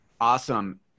Awesome